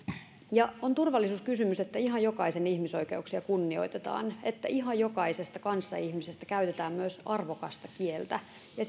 on turvallisuuskysymys että ihan jokaisen ihmisoikeuksia kunnioitetaan että ihan jokaisesta kanssaihmisestä käytetään myös arvokasta kieltä ja